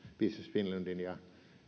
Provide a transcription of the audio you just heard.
finlandin ja